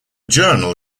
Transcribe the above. journal